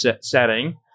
setting